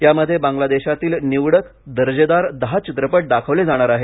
यामध्ये बांगलादेशातील निवडक दर्जेदार दहा चित्रपट दाखवले जाणार आहेत